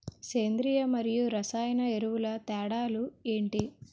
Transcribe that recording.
సేంద్రీయ మరియు రసాయన ఎరువుల తేడా లు ఏంటి?